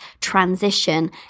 transition